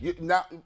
Now